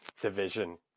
division